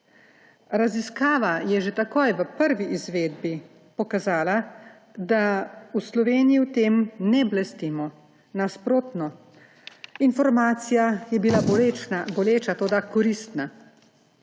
Raziskava je že takoj v prvi izvedbi pokazala, da v Sloveniji v tem ne blestimo. Nasprotno, informacija je bila boleča, toda koristna.